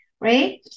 right